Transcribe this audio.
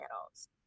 adults